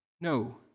No